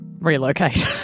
relocate